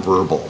nonverbal